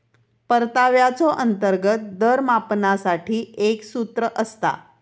परताव्याचो अंतर्गत दर मापनासाठी एक सूत्र असता